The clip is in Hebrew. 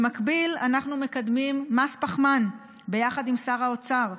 במקביל, אנחנו מקדמים מס פחמן ביחד עם שר האוצר,